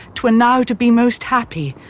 twere now to be most happy.